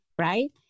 right